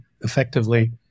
effectively